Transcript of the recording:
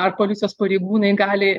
ar policijos pareigūnai gali